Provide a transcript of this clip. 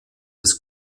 des